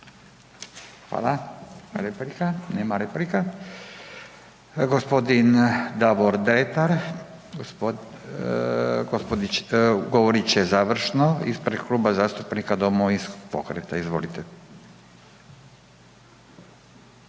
Replika? Nema replika. g. Davor Dretar govorit će završno ispred Kluba zastupnika Domovinskog pokreta, izvolite.